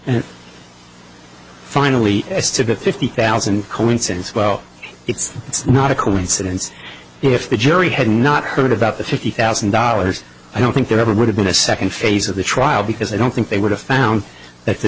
and finally as to fifty thousand coincidence well it's it's not a coincidence if the jury had not heard about the fifty thousand dollars i don't think there ever would have been a second phase of the trial because i don't think they would have found that the